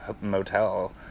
motel